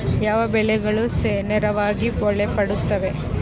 ಯಾವ ಬೆಳೆಗಳು ನೇರಾವರಿಗೆ ಒಳಪಡುತ್ತವೆ?